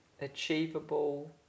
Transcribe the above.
achievable